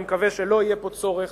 אני מקווה שלא יהיה פה צורך,